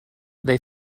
they